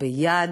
וביד